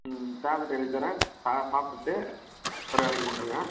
ம் டேப்லெட் எழுதித்தரேன் அதை சாப்பிட்டுட்டு ஒரு வேளைக்கு கொடுத்துருங்க